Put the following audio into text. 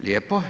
Lijepo.